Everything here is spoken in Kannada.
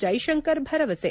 ಜಯಶಂಕರ್ ಭರವಸೆ